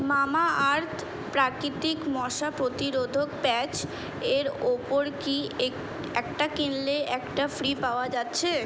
মামা আর্থ প্রাকৃতিক মশা প্রতিরোধক প্যাচ এর উপর কি একটা কিনলে একটা ফ্রি পাওয়া যাচ্ছে